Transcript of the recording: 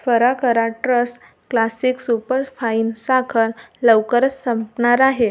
त्वरा करा trust classic superfine साखर लवकरच संपणार आहे